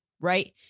right